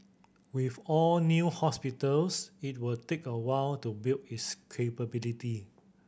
with all new hospitals it will take a while to build its capability